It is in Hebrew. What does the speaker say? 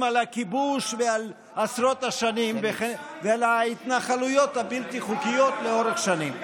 על הכיבוש ועל עשרות השנים וההתנחלויות הבלתי-חוקיות לאורך שנים.